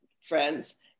friends